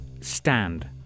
stand